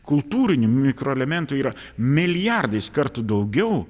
kultūrinių mikroelementų yra milijardais kartų daugiau